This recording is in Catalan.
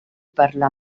parlar